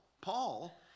Paul